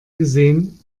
gesehen